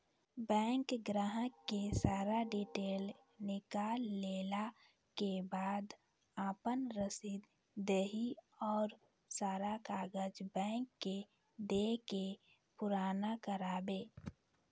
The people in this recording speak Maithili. बैंक ग्राहक के सारा डीटेल निकालैला के बाद आपन रसीद देहि और सारा कागज बैंक के दे के पुराना करावे?